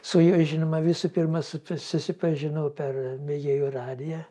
su juo žinoma visų pirma susipažinau per mėgėjų radiją